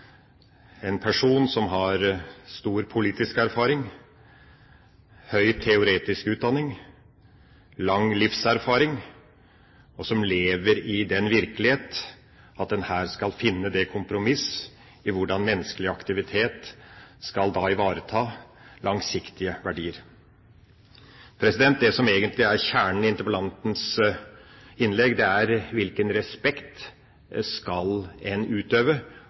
en person som har stor politisk erfaring, høy teoretisk utdanning og lang livserfaring, og som lever i den virkelighet at en her skal finne kompromisset mellom menneskelig aktivitet og ivaretakelse av langsiktige verdier. Det som egentlig er kjernen i interpellantens innlegg, er hvilken respekt en skal utøve overfor disse menneskene. Vi snakker ikke om mennesker med en